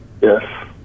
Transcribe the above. Yes